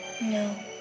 No